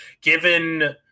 given